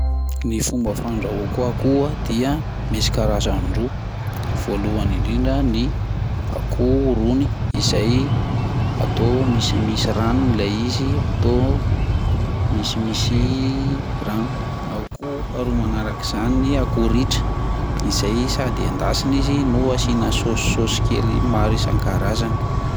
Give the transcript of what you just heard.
Ny fomba fandrahoako akoho ah dia misy karazany roa, voalohany indrindra ny akoho rony izay atao misimisy rano ilay izy atao misimisy rano, ao koa faharoa manarak'izany ny akoho ritra izay sady endasina izy no asina sôsisôsy kely maro isan-karazany.